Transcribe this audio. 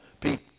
people